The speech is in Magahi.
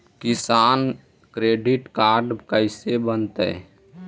किसान क्रेडिट काड कैसे बनतै?